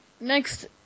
next